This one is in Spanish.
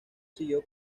siguió